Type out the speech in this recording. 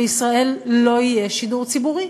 בישראל לא יהיה שידור ציבורי.